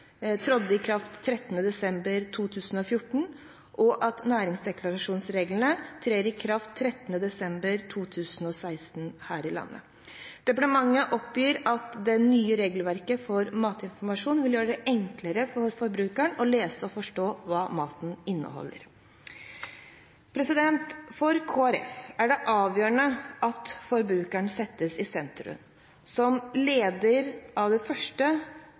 i kraft 13. desember 2014, og at næringsdeklarasjonsreglene trer i kraft 13. desember 2016 her i landet. Departementet oppgir at det nye regelverket for matinformasjon vil gjøre det enklere for forbrukerne å lese og forstå hva maten inneholder. For Kristelig Folkeparti er det avgjørende at forbrukeren settes i sentrum. Som leder av det første